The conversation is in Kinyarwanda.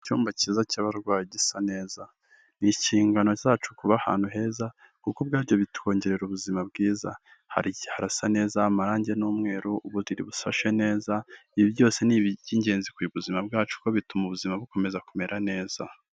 Icyumba cyiza cy'abarwayi gisa neza, ni inshingano zacu kuba ahantu heza, kuko ubwabyo bitwongerera ubuzima bwiza, hari harasa neza amarange ni umweru, uburi busashe neza, ibi byose ni iby'ingenzi ku ubuzima bwacu, kuko bituma ubuzima bukomeza kumera neza.